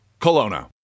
Kelowna